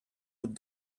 would